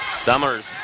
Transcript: Summers